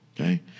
Okay